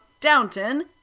Downton